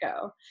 go